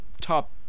top